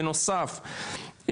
בנוסף,